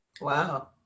wow